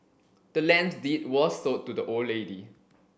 the land's deed was sold to the old lady